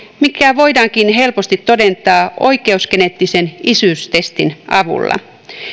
mikä voidaankin helposti todentaa oikeusgeneettisen isyystestin avulla